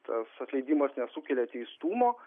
tas atleidimas nesukelia teistumo